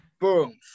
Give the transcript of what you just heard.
boom